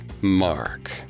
Mark